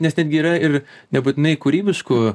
nes netgi yra ir nebūtinai kūrybiškų